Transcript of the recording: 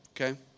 okay